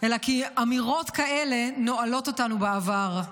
אלא כי אמירות כאלה נועלות אותנו בעבר.